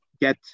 get